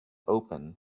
open